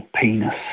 penis